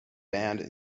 banned